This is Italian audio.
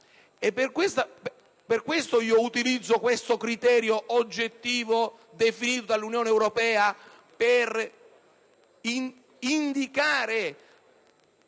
Per questo utilizzo tale criterio oggettivo definito dall'Unione europea per indicare